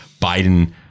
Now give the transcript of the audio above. Biden